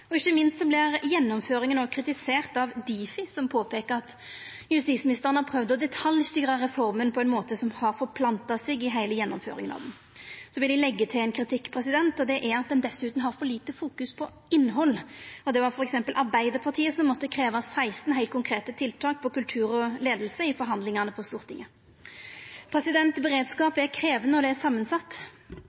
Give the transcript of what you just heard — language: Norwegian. og ikkje minst vert gjennomføringa òg kritisert av Difi, som påpeiker at justisministeren har prøvd å detaljstyra reforma på ein måte som har forplanta seg i heile gjennomføringa av ho. Eg vil leggja til ein kritikk, og det er at ein dessutan fokuserer for lite på innhald. Det var f.eks. Arbeidarpartiet som måtte krevja 16 heilt konkrete tiltak innan kultur og leiing i forhandlingane på Stortinget. Beredskap er krevjande og samansett, men denne statsministeren valde sjølv å framstilla det